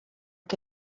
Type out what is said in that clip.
que